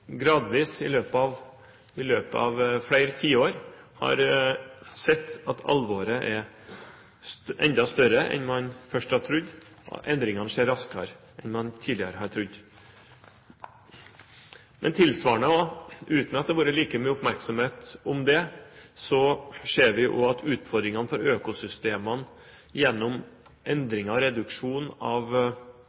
gradvis, i løpet av flere tiår, har sett at alvoret er enda større enn man først hadde trodd, at endringene skjer raskere enn man tidligere har trodd. Tilsvarende, uten at det har vært like mye oppmerksomhet om det, ser vi også at utfordringene for økosystemene gjennom endringer og reduksjon av